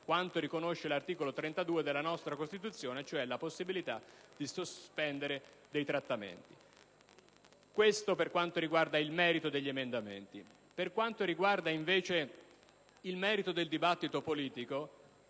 quanto riconosce l'articolo 32 della nostra Costituzione, cioè la possibilità di sospendere i trattamenti. Questo vale per il merito degli emendamenti. Per quanto riguarda, invece, il merito del dibattito politico,